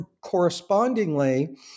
Correspondingly